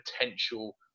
potential